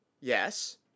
yes